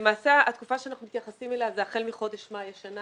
למעשה השפה שאנחנו מתייחסים אליה היא החל מחודש מאי השנה